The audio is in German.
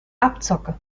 abzocke